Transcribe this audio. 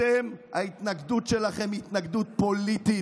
אתם, ההתנגדות שלכם היא התנגדות פוליטית.